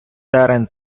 терен